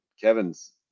Kevin's